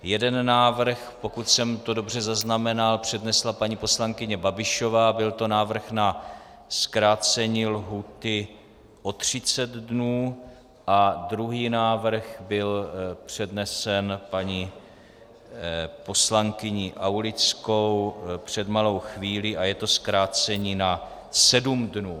Jeden návrh, pokud jsem to dobře zaznamenal, přednesla paní poslankyně Babišová, byl to návrh na zkrácení lhůty o 30 dnů, a druhý návrh byl přednesen paní poslankyní Aulickou před malou chvílí, je to zkrácení na 7 dní.